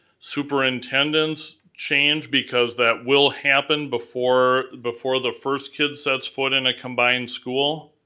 superintendents change because that will happen before before the first kid sets foot in a combined school.